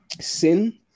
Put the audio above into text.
Sin